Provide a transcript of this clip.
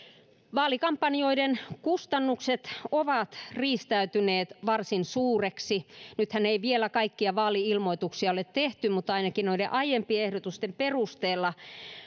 vaalikampanjoiden kustannukset ovat riistäytyneet varsin suuriksi nythän ei vielä kaikkia vaali ilmoituksia ole tehty mutta ainakin noiden aiempien ehdotusten perusteella